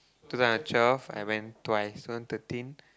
two thousand and twelve I went twice two thousand and thirteen